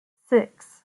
six